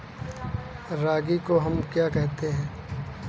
रागी को हम क्या कहते हैं?